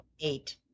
eight